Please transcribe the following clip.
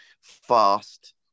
fast